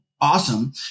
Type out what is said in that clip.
awesome